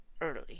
early